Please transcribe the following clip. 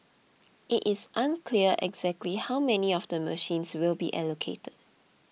it is unclear exactly how many of the machines will be allocated